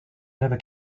never